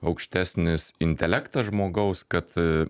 aukštesnis intelektas žmogaus kad